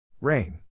RAIN